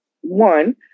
one